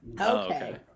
okay